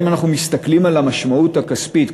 אם אנחנו מסתכלים על המשמעות הכספית,